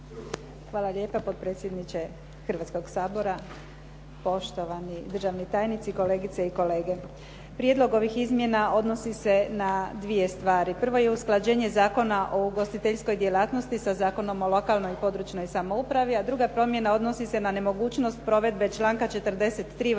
Hvala lijepa, potpredsjedniče Hrvatskoga sabora. Poštovani državni tajnici, kolegice i kolege. Prijedlog ovih izmjena odnosi se na dvije stvari. Prva je usklađenje Zakona o ugostiteljskoj djelatnosti sa Zakonom o lokalnoj i područnoj samoupravi, a druga promjena odnosi se na nemogućnost provedbe članka 43. važećeg